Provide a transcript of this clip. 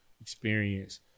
experience